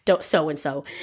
so-and-so